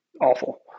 awful